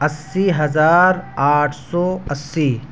اسی ہزار آٹھ سو اسی